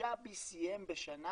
לחמישה BCM בשנה